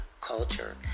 Culture